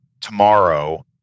tomorrow